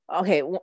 Okay